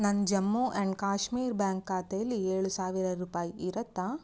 ನನ್ನ Jammu and Kashmir bank ಖಾತೇಲಿ ಏಳು ಸಾವಿರ ರೂಪಾಯಿ ಇರುತ್ತ